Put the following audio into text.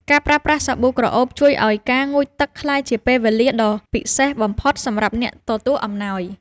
ការប្រើប្រាស់សាប៊ូក្រអូបជួយឱ្យការងូតទឹកក្លាយជាពេលវេលាដ៏ពិសេសបំផុតសម្រាប់អ្នកទទួលអំណោយ។